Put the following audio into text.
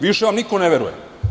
Više vam niko ne veruje.